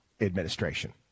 administration